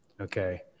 okay